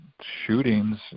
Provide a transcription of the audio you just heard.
shootings